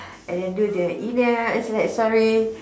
and then do the inner eye sorry